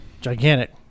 Gigantic